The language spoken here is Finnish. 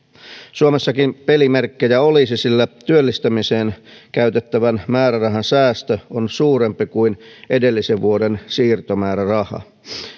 suomessakin pelimerkkejä olisi sillä työllistämiseen käytettävän määrärahan säästö on suurempi kuin edellisen vuoden siirtomääräraha